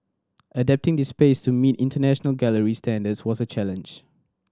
adapting this space to meet international gallery standards was a challenge